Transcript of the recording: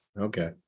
Okay